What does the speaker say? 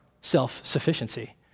self-sufficiency